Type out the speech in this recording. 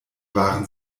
waren